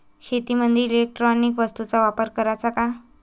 शेतीमंदी इलेक्ट्रॉनिक वस्तूचा वापर कराचा का?